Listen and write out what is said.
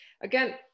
again